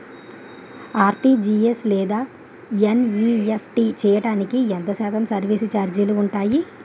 RTGS లేదా NEFT చేయడానికి ఎంత శాతం సర్విస్ ఛార్జీలు ఉంటాయి?